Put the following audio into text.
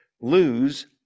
lose